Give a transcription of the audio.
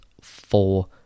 four